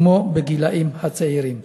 כמו בגילים הצעירים: